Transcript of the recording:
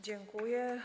Dziękuję.